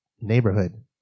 neighborhood